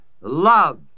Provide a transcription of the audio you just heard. love